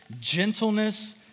gentleness